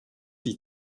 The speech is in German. die